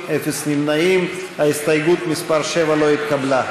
קבוצת סיעת המחנה הציוני וקבוצת סיעת מרצ לסעיף 4 לא נתקבלה.